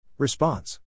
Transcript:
Response